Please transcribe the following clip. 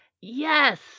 yes